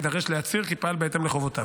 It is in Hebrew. יידרש להצהיר כי פעל בהתאם לחובותיו.